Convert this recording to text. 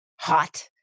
hot